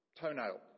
toenail